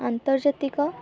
ଆନ୍ତର୍ଜାତିକ